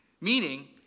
Meaning